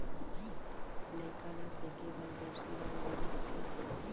लइका ल सेके बर गोरसी बरोबर लगथे